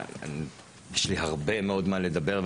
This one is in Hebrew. יש לי הרבה מה לדבר,